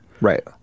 right